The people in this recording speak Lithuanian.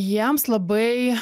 jiems labai